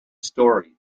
story